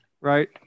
right